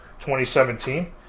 2017